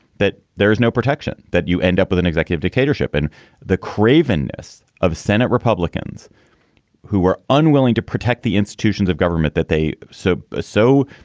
that there is no protection, that you end up with an executive dictatorship. and the cravenness of senate republicans who were unwilling to protect the institutions of government that they so, so,